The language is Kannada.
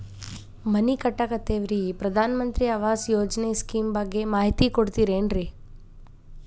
ಮನಿ ಕಟ್ಟಕತೇವಿ ರಿ ಈ ಪ್ರಧಾನ ಮಂತ್ರಿ ಆವಾಸ್ ಯೋಜನೆ ಸ್ಕೇಮ್ ಬಗ್ಗೆ ಮಾಹಿತಿ ಕೊಡ್ತೇರೆನ್ರಿ?